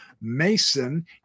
mason